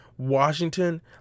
Washington